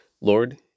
Lord